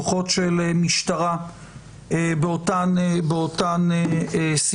כוחות של משטרה באותן סיטואציות,